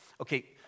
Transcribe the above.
Okay